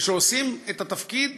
ועושים את התפקיד